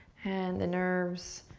and the nerves,